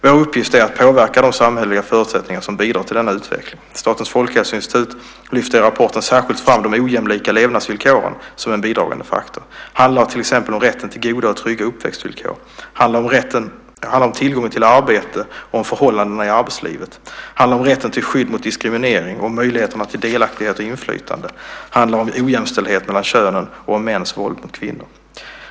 Vår uppgift är att påverka de samhälleliga förutsättningar som bidrar till denna utveckling. Statens folkhälsoinstitut lyfter i rapporten särskilt fram de ojämlika levnadsvillkoren som en bidragande faktor. Det handlar till exempel om rätten till goda och trygga uppväxtvillkor. Det handlar om tillgången till arbete och om förhållandena i arbetslivet. Det handlar om rätten till skydd mot diskriminering och om möjligheterna till delaktighet och inflytande. Det handlar om ojämställdhet mellan könen och om mäns våld mot kvinnor.